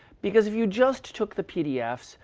because if you just took the pdfs,